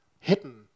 hidden